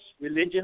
religion